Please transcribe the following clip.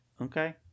okay